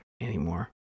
anymore